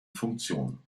funktionen